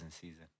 season